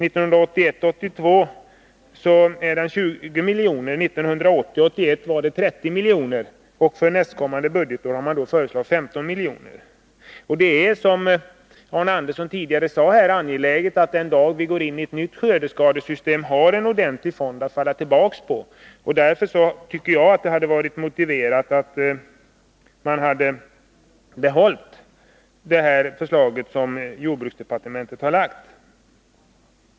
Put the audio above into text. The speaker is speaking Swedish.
Budgetåret 1981 81 var den 30 milj.kr. För nästkommande budgetår har man föreslagit en avsättning på 15 milj.kr. Det är angeläget — och det framhöll Arne Andersson i Ljung tidigare här i dag — att det finns en ordentlig fond att falla tillbaka på den dagen vi får ett nytt skördeskadesystem. Därför hade det varit motiverat att följa jordbruksdepartementets förslag.